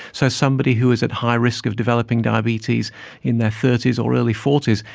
so somebody who was at high risk of developing diabetes in their thirty s or early forty s,